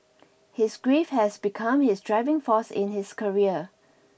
his grief has become his driving force in his career